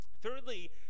Thirdly